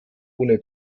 ohne